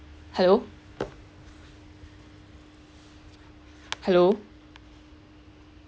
hello hello